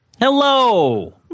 Hello